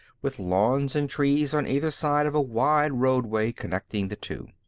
with lawns and trees on either side of a wide roadway connecting the two.